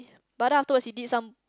but then afterwards he did some